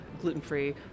gluten-free